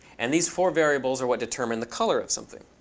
and these four variables are what determine the color of something.